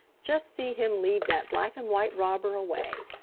just see him lead that black-and-white robber away.